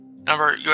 Number